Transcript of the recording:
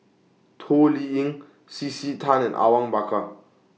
Toh Liying C C Tan and Awang Bakar